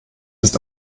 ist